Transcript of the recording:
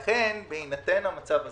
לכן, בהינתן המצב הזה,